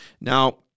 Now